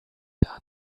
done